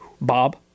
Bob